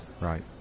right